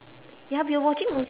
ya we were watching movie